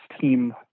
team